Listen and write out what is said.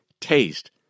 taste